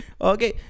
Okay